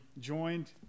joined